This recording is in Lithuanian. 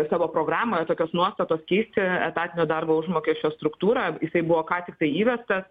savo programoje tokios nuostatos keisti etatinio darbo užmokesčio struktūrą jisai buvo ką tiktai įvestas